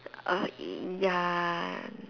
err ya